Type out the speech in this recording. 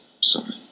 sorry